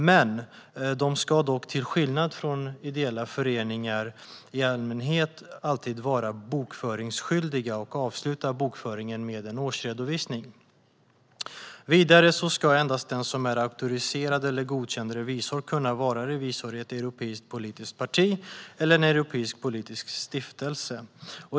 Men de ska till skillnad från ideella föreningar i allmänhet alltid vara bokföringsskyldiga och avsluta bokföringen med en årsredovisning. Vidare ska endast den som är auktoriserad eller godkänd revisor kunna vara revisor i ett europeiskt politiskt parti eller i en europeisk politisk stiftelse.